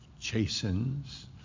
chastens